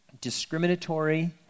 discriminatory